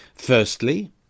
Firstly